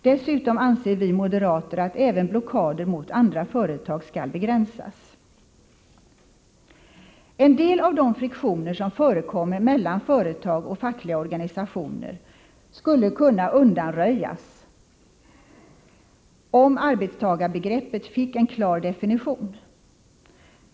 Dessutom anser vi moderater att även blockader mot andra företag skall begränsas. En del av de friktioner som förekommer mellan företag och fackliga organisationer skulle kunna undanröjas om arbetstagarbegreppet fick en klar definition.